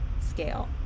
scale